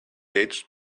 gate